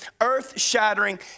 earth-shattering